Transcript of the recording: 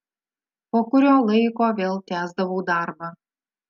po kurio laiko vėl tęsdavau darbą